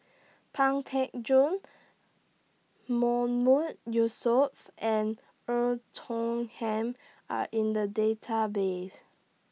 Pang Teck Joon mood Yusof and Tong Ham Are in The Database